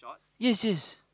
yes yes